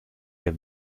der